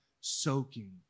soaking